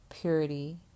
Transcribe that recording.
Purity